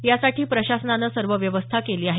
यासाठी प्रशासनानं सर्व व्यवस्था केली आहे